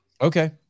okay